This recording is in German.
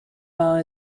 war